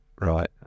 Right